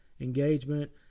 engagement